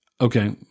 Okay